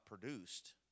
produced